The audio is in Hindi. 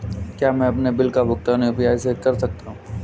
क्या मैं अपने बिल का भुगतान यू.पी.आई से कर सकता हूँ?